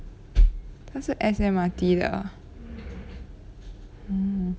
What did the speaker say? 他是 S_M_R_T 的啊